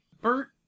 Bert